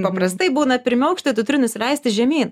paprastai būna pirmi aukštai tu turi nusileisti žemyn